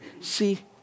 See